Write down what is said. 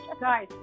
guys